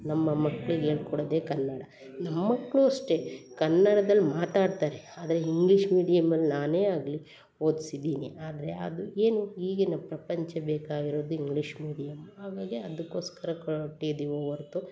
ನಮ್ಮ ಮಕ್ಕಳಿಗೆ ಕೊಡದೇ ಕನ್ನಡ ನಮ್ಮ ಮಕ್ಕಳು ಅಷ್ಟೇ ಕನ್ನಡದಲ್ಲಿ ಮಾತಾಡ್ತಾರೆ ಆದರೆ ಇಂಗ್ಲೀಷ್ ಮೀಡಿಯಮಲ್ಲಿ ನಾನೇ ಆಗಲಿ ಓದ್ಸಿದ್ದೀನಿ ಆದರೆ ಅದು ಏನು ಈಗಿನ ಪ್ರಪಂಚ ಬೇಕಾಗಿರೋದು ಇಂಗ್ಲೀಷ್ ಮೀಡಿಯಮ್ ಹಾಗಾಗಿ ಅದಕ್ಕೋಸ್ಕರ ಕೊಟ್ಟಿದ್ದೀವೋ ಹೊರತು